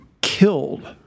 killed